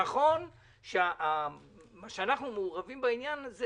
נכון שאנחנו מעורבים בעניין הזה